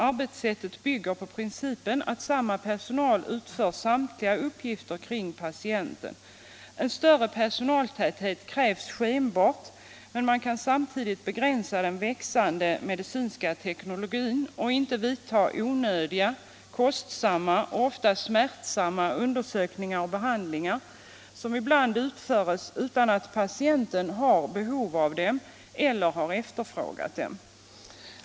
Arbetssättet bygger på principen att samma personal utför samtliga uppgifter kring patienten. En större personaltäthet krävs skenbart. Men man kan samtidigt begränsa den växande medicinska teknologin och undvika att det vidtas onödiga, kostsamma och ofta smärtsamma undersökningar och behandlingar som ibland utförs utan att patienten har behov av dem eller har efterfrågat dem.